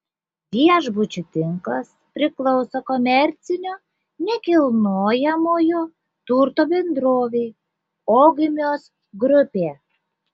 viešbučių tinklas priklauso komercinio nekilnojamojo turto bendrovei ogmios grupė